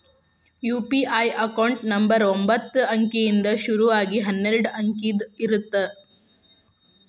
UPI account number ಒಂಬತ್ತ ಅಂಕಿಯಿಂದ್ ಶುರು ಆಗಿ ಹನ್ನೆರಡ ಅಂಕಿದ್ ಇರತ್ತ